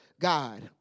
God